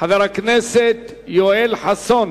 חבר הכנסת יואל חסון.